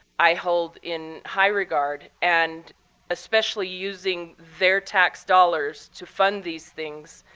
i hold in high regard. and especially using their tax dollars to fund these things,